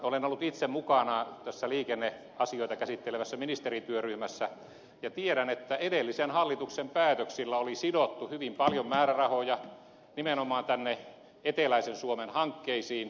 olen ollut itse mukana tässä liikenneasioita käsittelevässä ministerityöryhmässä ja tiedän että edellisen hallituksen päätöksillä oli sidottu hyvin paljon määrärahoja nimenomaan tänne eteläisen suomen hankkeisiin